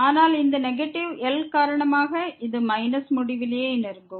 ஆனால் இந்த negative L காரணமாக இது மைனஸ் முடிவிலியை நெருங்கும்